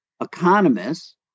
economists